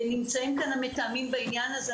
נמצאים כאן המתאמים בעניין הזה.